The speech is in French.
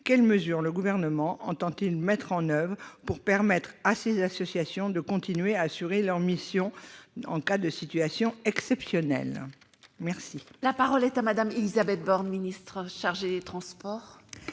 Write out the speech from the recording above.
Quelles mesures le Gouvernement entend-il mettre en oeuvre pour permettre à ces associations de continuer à assurer leurs missions en cas de situation exceptionnelle ? La parole est à Mme la ministre. Madame la sénatrice